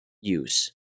use